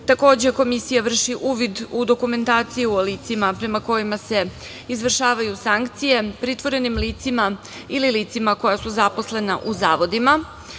Komisija vrši uvid u dokumentaciju o licima prema kojima se izvršavaju sankcije, pritvorenim licima ili licima koja su zaposlena u zavodima.